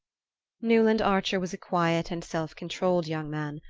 newland archer was a quiet and self-controlled young man.